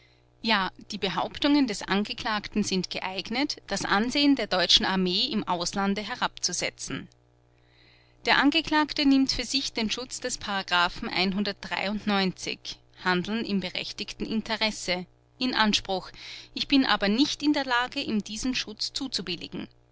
die behauptungen des angeklagten sind geeignet das ansehen der deutschen armee im auslande herabzusetzen der angeklagte nimmt für sich den schutz des im berechtigten interesse in anspruch ich bin aber nicht in der lage ihm diesen schutz zuzubilligen